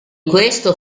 questo